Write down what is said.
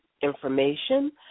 information